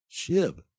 Shib